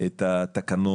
זה לא קורה